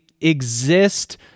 exist